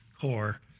core